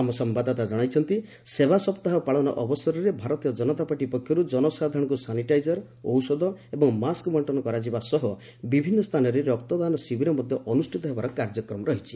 ଆମ ସମ୍ଭାଦଦାତା କ୍ଷାଇଛନ୍ତି ସେବା ସପ୍ତାହ ପାଳନ ଅବସରରେ ଭାରତୀୟ ଜନତା ପାର୍ଟି ପକ୍ଷରୁ ଜନସାଧାରଣଙ୍କୁ ସାନିଟାଇଜର୍ ଔଷଧ ଓ ମାସ୍କ ବିଦ୍ଧନ କରାଯିବା ସହ ବିଭିନ୍ନ ସ୍ଥାନରେ ରକ୍ତଦାନ ଶିବିର ମଧ୍ୟ ଅନ୍ତଷ୍ଠିତ ହେବାର କାର୍ଯ୍ୟକ୍ରମ ରହିଛି